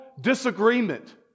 disagreement